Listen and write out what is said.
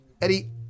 eddie